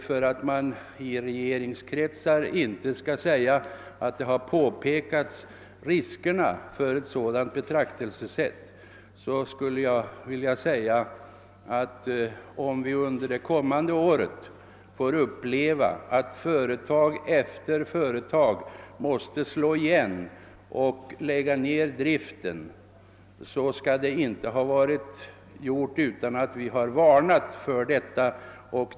För att man i regeringskretsar inte skall kunna säga att riskerna för ett sådant betraktelsesätt inte har påpekats skulle jag vilja framhålla, att om vi under det kommande året får uppleva att det ena företaget efter det andra måste slå igen och lägga ned driften, så har detta inte skett utan att vi har varnat för riskerna med en sådan utveckling.